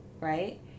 right